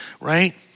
Right